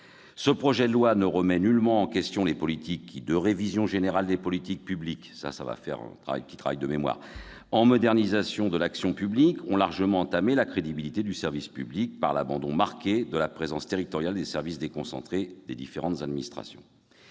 Le projet de loi ne remet nullement en question les politiques qui, de révision générale des politiques publiques en modernisation de l'action publique, ont largement entamé la crédibilité du service public par l'abandon marqué de la présence territoriale des services déconcentrés des différentes administrations.